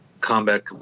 combat